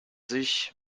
sich